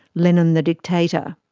lenin the dictator.